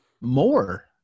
more